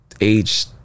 age